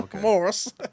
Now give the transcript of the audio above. Morris